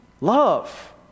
love